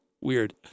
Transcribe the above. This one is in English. Weird